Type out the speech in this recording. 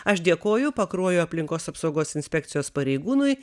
aš dėkoju pakruojo aplinkos apsaugos inspekcijos pareigūnui